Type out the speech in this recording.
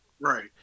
right